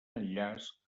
enllaç